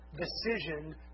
decision